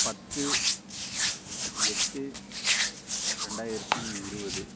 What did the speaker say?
பத்து எட்டு ரெண்டாயிரத்தி இருபது